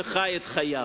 וחי את חייו.